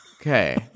okay